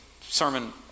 sermon